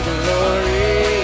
glory